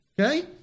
Okay